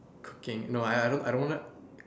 cooking no I I I don't like